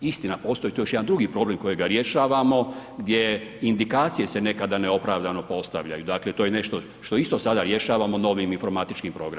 Istina postoji tu i još jedan drugi problem kojega rješavamo gdje indikacije se nekada neopravdano postavljaju, dakle to je nešto što isto sada rješavamo novim informatičkim programom.